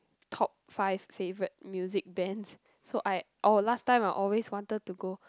top five favourite music band so I or last time I always wanted to go